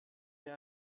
mehr